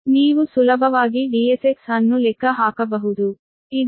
ಆದ್ದರಿಂದ ನೀವು ಸುಲಭವಾಗಿ Dsx ಅನ್ನು ಲೆಕ್ಕ ಹಾಕಬಹುದು